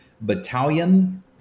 battalion